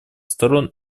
сторон